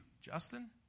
Justin